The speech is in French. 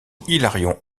hilarion